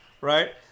right